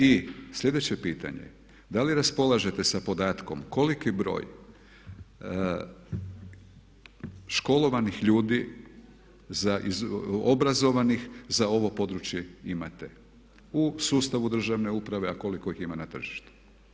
I sljedeće pitanje je da li raspolažete sa podatkom koliki broj školovanih ljudi, obrazovanih za ovo područje imate u sustavu državne uprave, a koliko ih ima na tržištu.